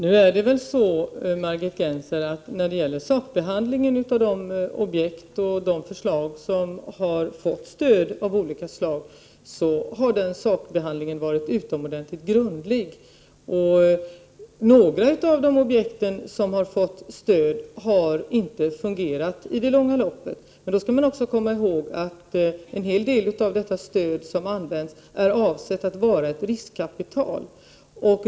Herr talman! Sakbehandlingen av de objekt och de förslag som har fått stöd i olika beslut har varit utomordentligt grundlig. Några av de objekt som har fått stöd har visserligen inte fungerat i det långa loppet. Man skall då komma ihåg att en hel del av detta stöd är avsett att vara ett riskkapital.